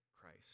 Christ